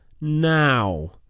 now